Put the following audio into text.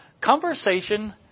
Conversation